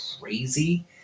crazy